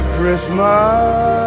Christmas